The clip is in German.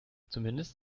zumindest